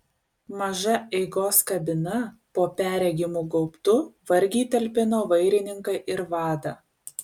maža eigos kabina po perregimu gaubtu vargiai talpino vairininką ir vadą